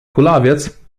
kulawiec